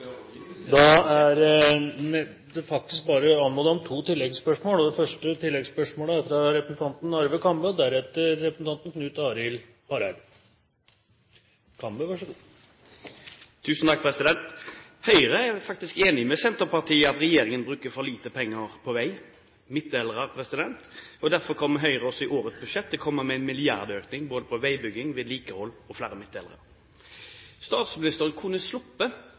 er faktisk bare anmodet om to oppfølgingsspørsmål – først Arve Kambe. Høyre er faktisk enig med Senterpartiet i at regjeringen bruker for lite penger på vei, på midtdelere. Derfor kommer Høyre også i årets budsjett med en milliardøkning til både veibygging, vedlikehold og flere midtdelere. Statsministeren kunne ha sluppet det veiopprøret som nå kommer internt i regjeringen fra Senterpartiet, om han hadde holdt seg til intensjonene i handlingsregelen, som han skryter av.